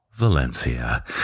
Valencia